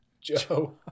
Joe